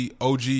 OG